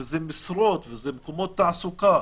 זה משרות וזה מקומות תעסוקה.